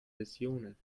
visionen